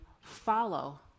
follow